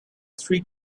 three